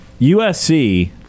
USC